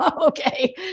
Okay